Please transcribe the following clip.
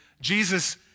Jesus